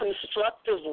constructive